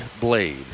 Blade